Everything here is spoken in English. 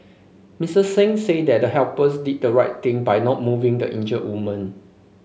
Miss Singh said that the helpers did the right thing by not moving the injured woman